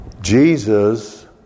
Jesus